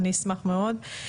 אני אשמח מאוד.